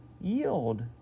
Yield